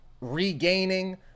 regaining